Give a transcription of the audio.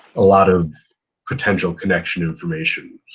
a lot of potential connection information.